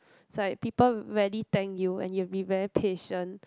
is like people rarely thank you and you will be very patient